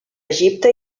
egipte